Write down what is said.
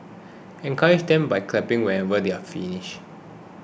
encourage them by clapping whenever they finish